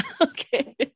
Okay